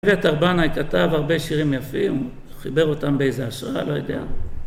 אביתר בנאי כתב הרבה שירים יפים, הוא חיבר אותם באיזה השראה, לא יודע.